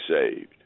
saved